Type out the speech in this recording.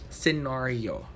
scenario